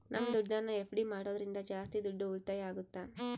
ನಮ್ ದುಡ್ಡನ್ನ ಎಫ್.ಡಿ ಮಾಡೋದ್ರಿಂದ ಜಾಸ್ತಿ ದುಡ್ಡು ಉಳಿತಾಯ ಆಗುತ್ತ